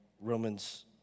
Romans